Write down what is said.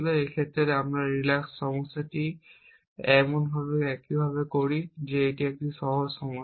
এই ক্ষেত্রে আমরা রিল্যাক্স সমস্যাটিকে এমনভাবে একইভাবে করি যে এটি একটি সহজ সমস্যা